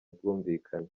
bwumvikane